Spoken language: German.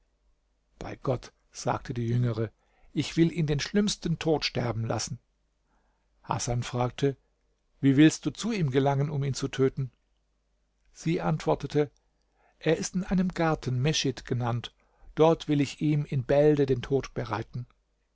bei gott sagte die jüngere ich will ihn den schlimmsten tod sterben lassen hasan fragte wie willst du zu ihm gelangen um ihn zu töten sie antwortete er ist in einem garten meschid genannt dort will ich ihm in bälde den tod bereiten